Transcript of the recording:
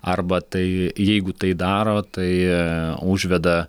arba tai jeigu tai daro tai užveda